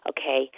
okay